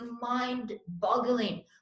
mind-boggling